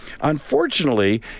Unfortunately